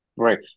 Right